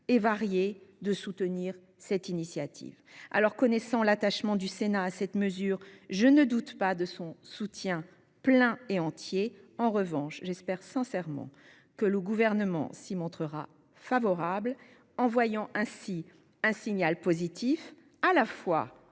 et variées de soutenir cette initiative. Connaissant l'attachement du Sénat à cette mesure, je ne doute pas de son soutien plein et entier ; en revanche, j'espère sincèrement que le Gouvernement s'y montrera favorable et qu'il enverra ainsi un signal positif à la fois